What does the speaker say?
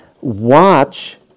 watch